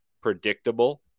predictable